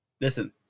Listen